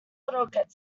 rocket